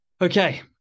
Okay